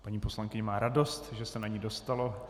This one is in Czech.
Paní poslankyně má radost, že se na ni dostalo.